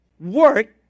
Work